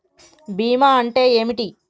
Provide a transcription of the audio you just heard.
బీమా అంటే ఏమిటి?